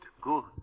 good